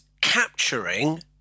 capturing